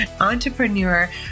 entrepreneur